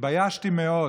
התביישתי מאוד,